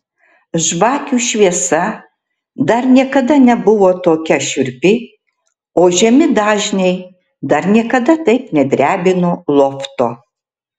žvakių šviesa dar niekada nebuvo tokia šiurpi o žemi dažniai dar niekada taip nedrebino lofto